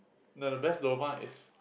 no the best lobang is